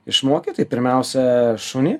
išmokyt tai pirmiausia šunį